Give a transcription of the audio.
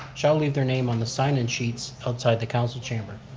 shall leave their name on the sign-in sheets outside the council chamber.